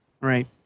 Right